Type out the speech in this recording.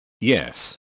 Yes